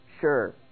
sure